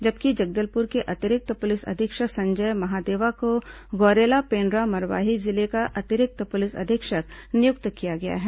जबकि जगदलपुर के अतिरिक्त पुलिस अधीक्षक संजय महादेवा को गौरेला पेण्ड्रा मरवाही जिले का अतिरिक्त पुलिस अधीक्षक नियुक्त किया गया है